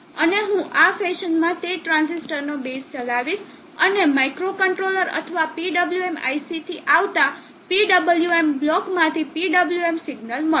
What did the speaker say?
અને હું આ ફેશનમાં તે ટ્રાંઝિસ્ટરનો બેઝ ચલાવીશ અને માઇક્રોકન્ટ્રોલર અથવા PWM IC થી આવતા PWM બ્લોકમાંથી PWM સિગ્નલ મળશે